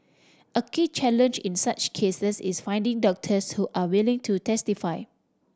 a key challenge in such cases is finding doctors who are willing to testify